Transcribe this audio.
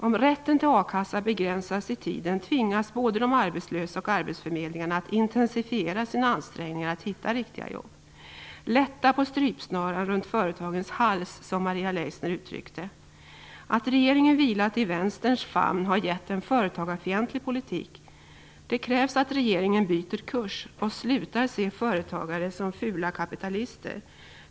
Om rätten till a-kassa begränsas i tiden tvingas både de arbetslösa och arbetsförmedlingarna att intensifiera sina ansträngningar att hitta riktiga jobb. Lätta på strypsnaran runt företagens hals, som Maria Leissner uttryckte det. Att regeringen vilat i Vänsterns famn har gett en företagarfientlig politik. Det krävs att regeringen byter kurs och slutar se företagare som fula kapitalister.